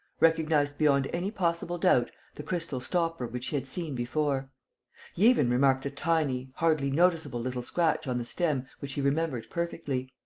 recognized beyond any possible doubt the crystal stopper which he had seen before. he even remarked a tiny, hardly noticeable little scratch on the stem which he remembered perfectly.